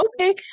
okay